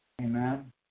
Amen